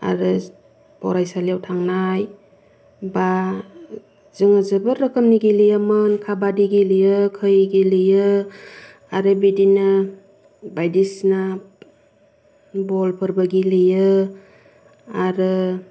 आरो फरायसालिआव थांनाय बा जोङो जोबोर रोखोमनि गेलेयोमोन काबाद्दि गेलेयो खै गेलेयो आरो बिदिनो बायदिसिना बलफोरबो गेलेयो आरो